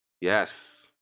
Yes